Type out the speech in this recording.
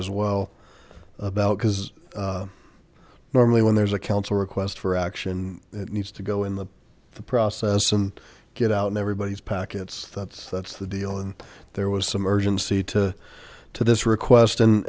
as well about because normally when there's a council request for action it needs to go in the process and get out of everybody's packets that's that's the deal and there was some urgency to to this request and